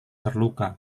terluka